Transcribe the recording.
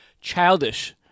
childish